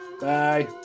Bye